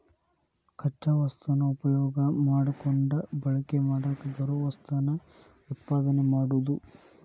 ಕಚ್ಚಾ ವಸ್ತುನ ಉಪಯೋಗಾ ಮಾಡಕೊಂಡ ಬಳಕೆ ಮಾಡಾಕ ಬರು ವಸ್ತುನ ಉತ್ಪಾದನೆ ಮಾಡುದು